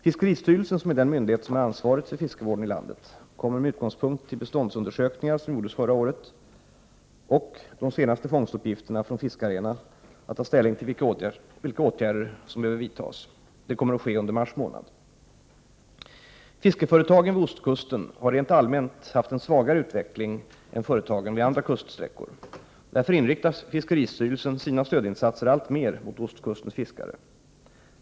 Fiskeristyrelsen, som är den myndighet som har ansvaret för fiskevården i landet, kommer med utgångspunkt i beståndsundersökningar som gjordes förra året och de senaste fångstuppgifterna från fiskarna att ta ställning till vilka åtgärder som behöver vidtas. Detta kommer att ske under mars månad. 9 Fiskeföretagen vid ostkusten har rent allmänt haft en svagare utveckling än företagen vid andra kuststräckor. Därför inriktar fiskeristyrelsen sina stödinsatser alltmer mot ostkustens fiskare.